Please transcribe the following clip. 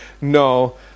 No